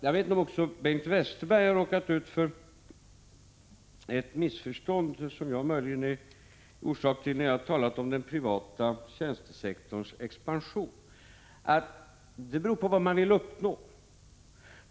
Jag vet inte om också Bengt Westerberg har råkat ut för ett missförstånd, som jag möjligen har orsakat när jag har talat om den privata tjänstesektorns expansion.